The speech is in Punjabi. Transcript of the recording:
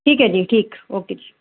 ਠੀਕ ਹੈ ਜੀ ਠੀਕ ਓਕੇ ਜੀ